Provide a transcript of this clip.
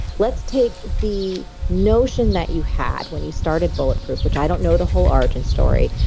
let's take the notion that you had when you started bulletproof which i don't know the whole origin story,